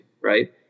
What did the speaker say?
Right